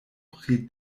pri